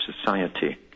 society